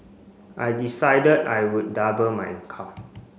I decided I would double my income